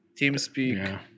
TeamSpeak